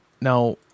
Now